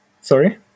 Sorry